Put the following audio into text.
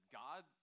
god